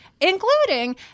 including